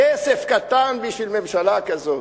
כסף קטן בשביל ממשלה כזאת.